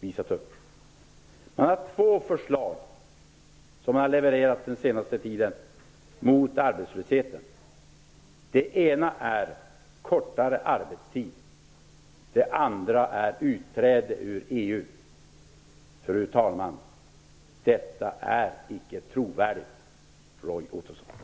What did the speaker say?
levererat två förslag mot arbetslösheten den senaste tiden. Det ena är kortare arbetstid. Det andra är utträde ur EU. Fru talman! Detta är icke trovärdigt, Roy Ottosson.